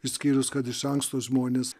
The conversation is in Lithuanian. išskyrus kad iš anksto žmonės